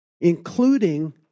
Including